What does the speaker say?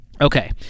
Okay